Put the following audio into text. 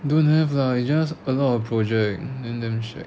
don't have lah it's just a lot of projects then damn shag